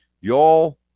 Y'all